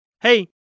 hey